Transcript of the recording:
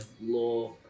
Law